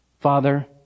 Father